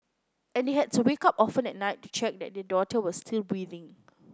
and they had to wake up often at night to check that their daughter was still breathing